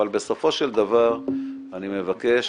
אבל בסופו של דבר אני מבקש